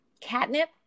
catnip